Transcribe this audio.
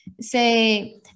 say